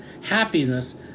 Happiness